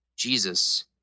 Jesus